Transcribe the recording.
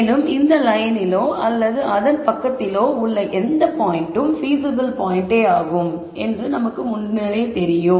மேலும் இந்த லயனிலோ அல்லது அதன் பக்கத்திலோ உள்ள எந்த பாயின்ட்டும் பீசிபில் பாயின்ட்டே ஆகும் என்று முன்னரே நமக்குத் தெரியும்